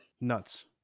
nuts